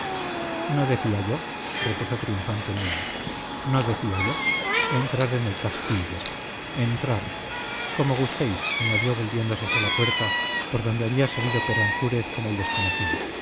no decía yo repuso triunfante nuño no decía yo entrar en el castillo entrar como gustéis añadió volviéndose hacia la puerta por donde ya había salido peransúrez con el desconocido